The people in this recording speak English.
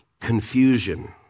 confusion